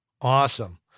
Awesome